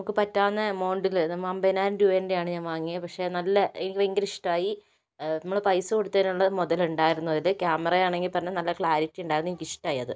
നമുക്ക് പറ്റാവുന്ന എമൗണ്ടില് അമ്പതിനായിരം രൂപേന്റെ ആണ് ഞാന് വാങ്ങിയത് പക്ഷെ നല്ല എനിക്ക് ഭയങ്കര ഇഷ്ടമായി നമ്മള് പൈസ കൊടുത്തതിനുള്ള മുതൽ ഉണ്ടായിരുന്നു അതില് ക്യാമറ ആണെങ്കിൽ തന്നെ നല്ല നല്ല ക്ലാരിറ്റി ഉണ്ടായിരുന്നു എനിക്കിഷ്ടായി അത്